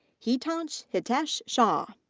hitansh hitesh shah.